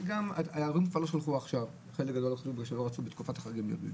חלק גדול מההורים לא שלחו את הילדים לבית